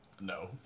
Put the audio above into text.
no